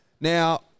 Now